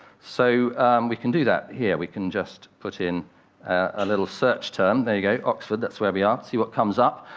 so we can do that here we can just put in a little search term. there you go, oxford, that's where we are. see what comes up.